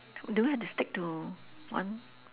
do we have to stick to one